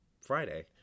Friday